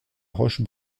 roche